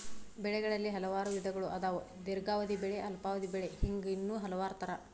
ಬೆಳೆಗಳಲ್ಲಿ ಹಲವಾರು ವಿಧಗಳು ಅದಾವ ದೇರ್ಘಾವಧಿ ಬೆಳೆ ಅಲ್ಪಾವಧಿ ಬೆಳೆ ಹಿಂಗ ಇನ್ನೂ ಹಲವಾರ ತರಾ